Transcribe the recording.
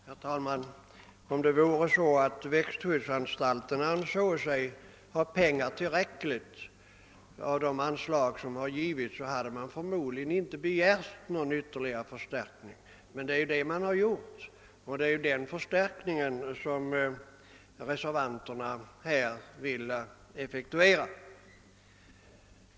Herr talman! Om det vore så att växtskyddsanstalten ansåg sig ha tillräckligt med pengar med de anslag som beviljats, hade man förmodligen inte begärt någon ytterligare förstärkning. Men det har man gjort, och det är den beställningen som reservanterna vill effektuera.